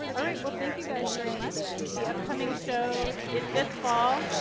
all right, well, thank you, guys, very much. the upcoming show is this fall.